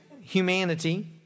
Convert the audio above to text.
humanity